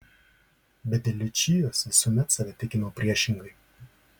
bet dėl liučijos visuomet save tikinau priešingai